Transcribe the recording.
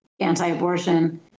anti-abortion